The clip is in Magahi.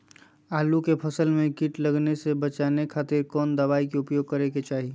आलू के फसल में कीट लगने से बचावे खातिर कौन दवाई के उपयोग करे के चाही?